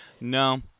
No